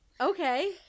Okay